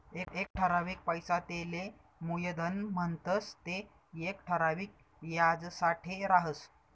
एक ठरावीक पैसा तेले मुयधन म्हणतंस ते येक ठराविक याजसाठे राहस